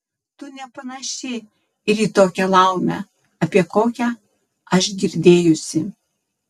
tu nepanaši ir į tokią laumę apie kokią aš girdėjusi